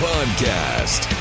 Podcast